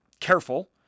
careful